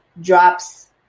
drops